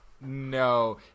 No